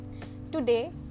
Today